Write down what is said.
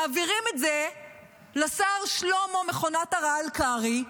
מעבירים את זה לשר שלמה מכונת הרעל קרעי,